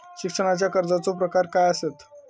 शिक्षणाच्या कर्जाचो प्रकार काय आसत?